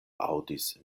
aŭdis